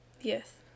Yes